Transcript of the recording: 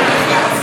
מתפנים,